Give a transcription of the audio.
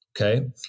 Okay